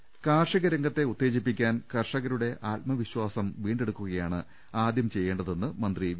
ദർവ്വെടെ കാർഷികരംഗത്തെ ഉത്തേജിപ്പിക്കാൻ കർഷകരുടെ ആത്മവിശ്വാസം വീണ്ടെടുക്കുകയാണ് ആദ്യം ചെയ്യേണ്ടതെന്ന് മന്ത്രി വി